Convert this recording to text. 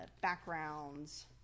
backgrounds